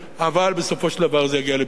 אבל בסופו של דבר זה יגיע לפתרונו,